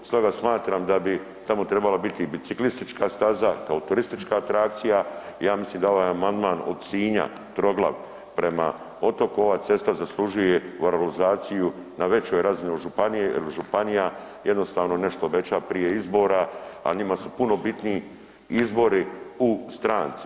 Stoga smatram da bi tamo trebala biti i biciklistička staza kao turistička atrakcija i ja mislim da ovaj amandman od Sinja – Troglav prema Otoku ova cesta zaslužuje realizaciju na većoj razini od županije jer županija jednostavno nešto obeća prije izbora, a njima su puno bitniji izbori u stranci.